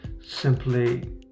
simply